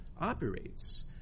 operates